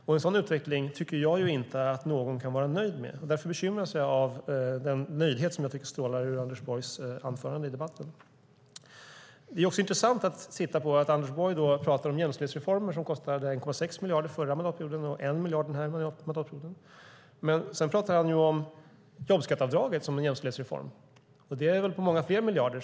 En sådan utveckling tycker jag inte att någon kan vara nöjd med. Därför bekymras jag av den nöjdhet som jag tycker strålar ur Anders Borgs anförande i debatten. Det är intressant att Anders Borg pratar om jämställdhetsreformer som kostade 1,6 miljarder förra mandatperioden och 1 miljard den här mandatperioden. Men sedan pratar han om jobbskatteavdraget som en jämställdhetsreform. Det är väl på många fler miljarder.